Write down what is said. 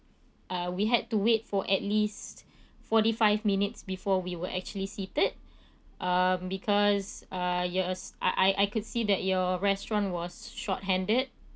uh we had to wait for at least forty five minutes before we were actually seated um because uh your ass~ I I could see that your restaurant was short handed